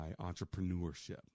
entrepreneurship